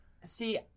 See